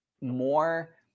more